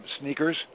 sneakers